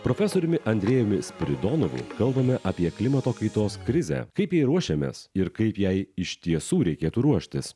profesoriumi andrejumi spiridonovu kalbame apie klimato kaitos krizę kaip jai ruošiamės ir kaip jai iš tiesų reikėtų ruoštis